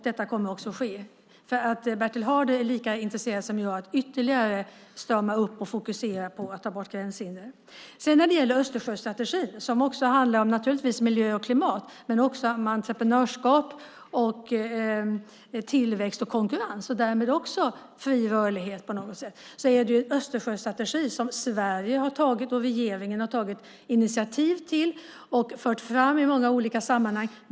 Detta kommer också att ske, för Bertil Haarder är lika intresserad som jag av att ytterligare fokusera på att ta bort gränshinder. När det sedan gäller Östersjöstrategin, som naturligtvis handlar om miljö och klimat men också om entreprenörskap, tillväxt och konkurrens och därmed också fri rörlighet, har Sverige och regeringen tagit initiativ till den och fört fram den i många olika sammanhang.